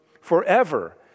forever